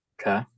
Okay